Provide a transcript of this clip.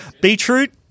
Beetroot